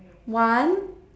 one